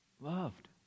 loved